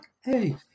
hey